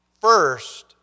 First